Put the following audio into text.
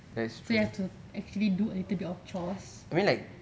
so you have to actually do a little bit of chores